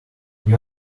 you